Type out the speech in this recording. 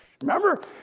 Remember